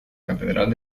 catedral